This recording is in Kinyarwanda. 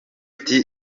ati